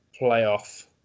playoff